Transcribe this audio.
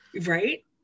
Right